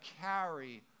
carry